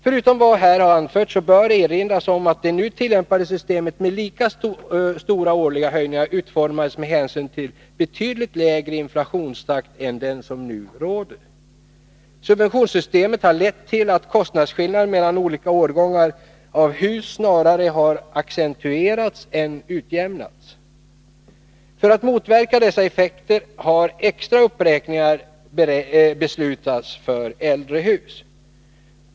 Förutom vad här har anförts bör erinras om att det nu tillämpade systemet med lika stora årliga höjningar utformades med hänsyn till en betydligt lägre inflationstakt än som nu är fallet. Subventionssystemet har lett till att kostnadsskillnaderna mellan olika årgångar av hus snarare har accentuerats än utjämnats. För att motverka dessa effekter har extra uppräkningar beslutats för äldre hus.